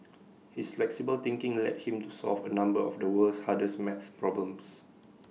his flexible thinking led him to solve A number of the world's hardest math problems